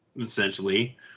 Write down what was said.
essentially